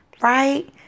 right